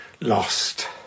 lost